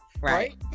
Right